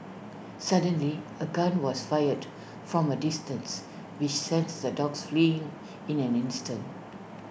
suddenly A gun was fired from A distance which sent the dogs fleeing in an instant